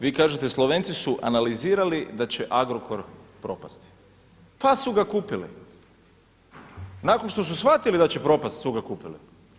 Vi kažete Slovenci su analizirali da će Agrokor propasti, pa su ga kupili, nakon što su shvatili da će propasti su ga kupili.